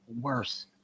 worse